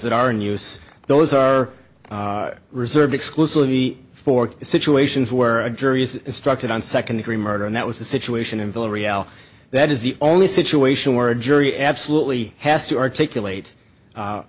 that are in use those are reserved exclusively for situations where a jury is instructed on second degree murder and that was the situation in villareal that is the only situation where a jury absolutely has to articulate